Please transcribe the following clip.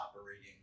operating